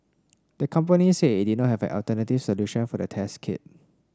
the company said it not have alternative solution for the test kit